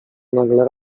nagle